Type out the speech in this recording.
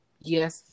Yes